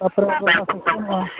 ᱛᱟᱨᱯᱚᱨᱮ ᱫᱚ ᱚᱱᱟ ᱥᱤᱥᱴᱮᱢᱚᱜᱼᱟ